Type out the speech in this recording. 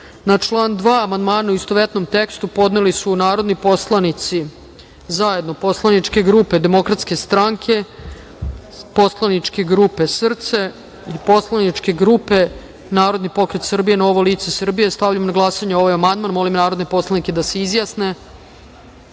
član 1. amandmane u istovetnom tekstu podneli su narodni poslanici zajedno poslaničke grupe Demokratske stranke i poslaničke grupe Narodni pokret Srbije - Novo lice Srbije. Stavljam na glasanje ovaj amandman. Molim narodne poslanike da se